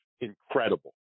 incredible